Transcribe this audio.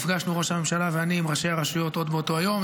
נפגשנו ראש הממשלה ואני עם ראשי הרשויות עוד באותו היום,